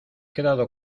quedado